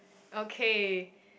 okay